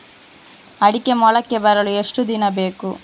ಅಡಿಕೆ ಮೊಳಕೆ ಬರಲು ಎಷ್ಟು ದಿನ ಬೇಕು?